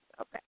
Okay